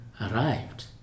arrived